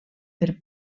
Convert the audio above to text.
per